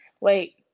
wait